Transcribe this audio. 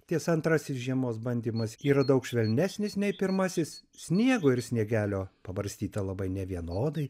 tiesa antrasis žiemos bandymas yra daug švelnesnis nei pirmasis sniego ir sniegelio pabarstyta labai nevienodai